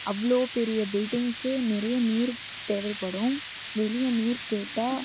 அவ்வளோ பெரிய பில்டிங்க்கு நிறைய நீர் தேவைப்படும் வெளியே நீர் கேட்டால்